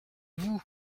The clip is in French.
vous